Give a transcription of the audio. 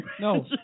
No